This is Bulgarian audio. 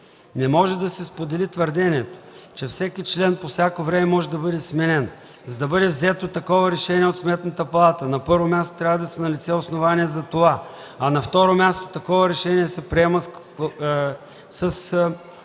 Не може да се сподели твърдението, че всеки член по всяко време може да бъде сменен. За да бъде взето такова решение от Сметната палата, на първо място, трябва да са налице основания за това, а на второ място – такова решение се приема с